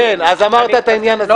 כן, אז אמרת את העניין הזה, בוא נמשיך.